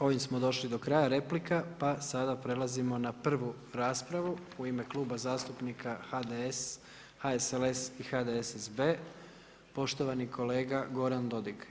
Ovime smo došli do kraja replika, pa sada prelazimo na prvu raspravu u ime Kluba zastupnika HDS, HSLS i HDSSB poštovani kolega Goran Dodig.